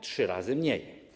Trzy razy mniej.